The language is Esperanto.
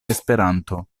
esperanto